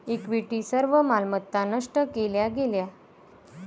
equity सर्व मालमत्ता नष्ट केल्या गेल्या